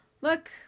look